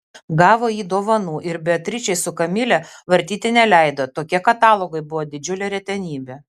gavo jį dovanų ir beatričei su kamile vartyti neleido tokie katalogai buvo didžiulė retenybė